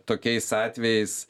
tokiais atvejais